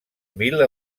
mil